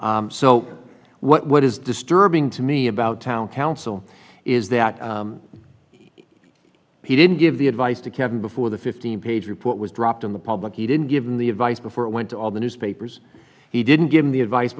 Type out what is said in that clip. so what is disturbing to me about town council is that he didn't give the advice to kevin before the fifteen page report was dropped in the public he didn't give them the advice before it went to all the newspapers he didn't give the advice